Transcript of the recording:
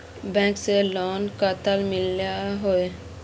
Bank से loan कतला मिलोहो?